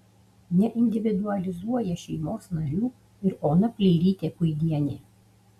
neindividualizuoja šeimos narių ir ona pleirytė puidienė